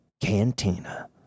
Cantina